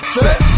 set